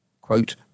quote